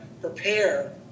prepare